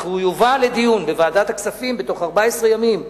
אך הוא יובא לדיון בוועדת הכספים בתוך 14 ימים.